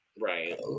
right